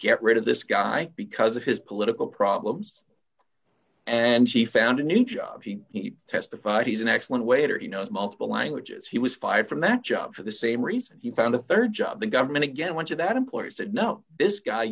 get rid of this guy because of his political problems and she found a new job he testified he's an excellent waiter he knows multiple languages he was fired from that job for the same reason he found a rd job the government again went to that employers said no this guy